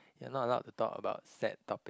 you are not allowed to talk about sad topic